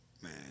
Man